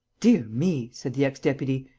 dear me! said the ex-deputy.